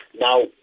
Now